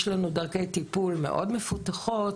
יש לנו דרכי טיפול מאוד מפותחות,